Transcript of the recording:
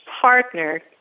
partner